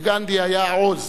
לגנדי היה העוז